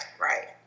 right